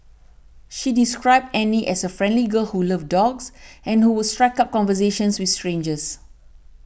she described Annie as a friendly girl who loved dogs and who would strike up conversations with strangers